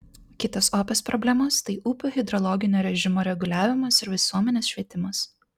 kitos opios problemos tai upių hidrologinio režimo reguliavimas ir visuomenės švietimas